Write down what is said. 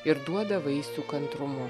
ir duoda vaisių kantrumu